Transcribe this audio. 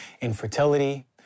Infertility